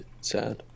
sad